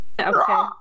Okay